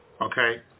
okay